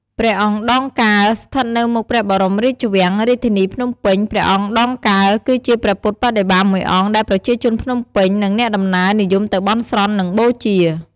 ព្រះអង្គដងកើ ស្ថិតនៅមុខព្រះបរមរាជវាំង រាជធានីភ្នំពេញ ព្រះអង្គដងកើ គឺជាព្រះពុទ្ធបដិមាមួយអង្គដែលប្រជាជនភ្នំពេញ និងអ្នកដំណើរនិយមទៅបន់ស្រន់ និងបូជា។